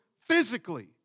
physically